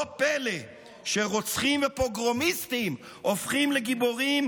לא פלא שרוצחים ופוגרומיסטים הופכים לגיבורים,